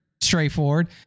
straightforward